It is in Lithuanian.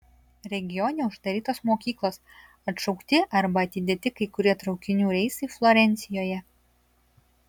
regione uždarytos mokyklos atšaukti arba atidėti kai kurie traukinių reisai florencijoje